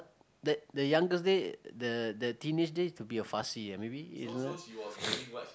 the the youngest days the the teenage days to be a fussy ah maybe